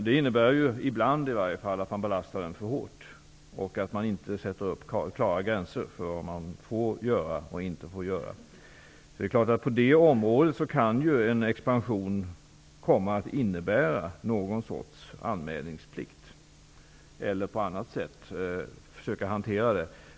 Det innebär ibland att man belastar den för hårt och inte sätter upp klara gränser för vad människor får och inte får göra. På detta område kan en expansion komma att medför någon sorts anmälningsplikt.